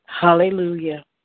hallelujah